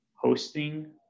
hosting